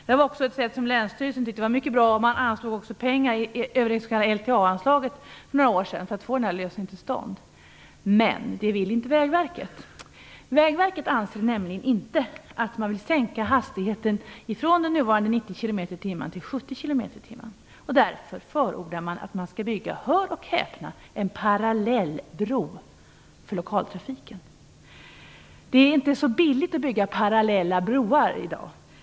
Detta är också ett sätt som länsstyrelsen tyckte var mycket bra. Man anslog också pengar för några år sedan över det s.k. LTA-anslaget för att få denna lösning till stånd. Men det ville inte Vägverket. Vägverket anser nämligen inte att man skall sänka hastigheten från nuvarande 90 km tim. Därför förordar man, hör och häpna, en parallellbro för lokaltrafiken. Det är inte så billigt att bygga parallella broar i dag.